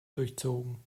durchzogen